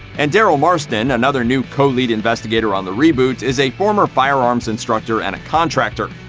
and daryl marston, another new co-lead investigator on the re-boot, is a former firearms instructor and a contractor.